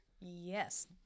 Yes